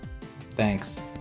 thanks